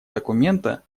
документа